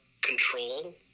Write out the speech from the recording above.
control